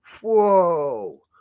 whoa